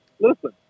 listen